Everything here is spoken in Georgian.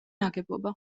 ნაგებობა